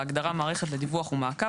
בהגדרה "מערכת לדיווח ומעקב",